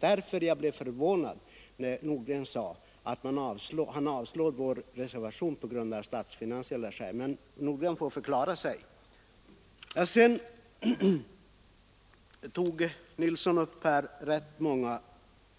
Därför blev jag förvånad när herr Nordgren sade att han avstyrker vår reservation av statsfinansiella skäl. Herr Nordgren får förklara sig. Herr Nilsson i Östersund tog upp många